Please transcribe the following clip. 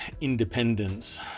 independence